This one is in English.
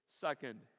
second